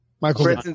Michael